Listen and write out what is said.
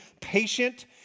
patient